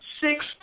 six